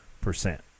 percent